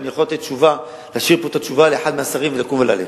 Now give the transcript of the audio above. הרי אני יכול להשאיר פה את התשובה לאחד מהשרים ולקום וללכת.